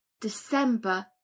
December